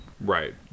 Right